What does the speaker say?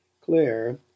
Claire